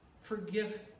forgive